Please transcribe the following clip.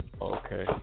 Okay